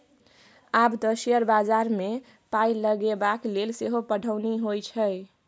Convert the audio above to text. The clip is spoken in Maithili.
आब तँ शेयर बजारमे पाय लगेबाक लेल सेहो पढ़ौनी होए छै